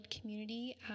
community